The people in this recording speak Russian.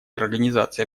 организации